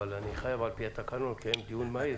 אבל אני חייב על פי התקנון לקיים דיון מהיר.